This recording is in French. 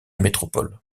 métropole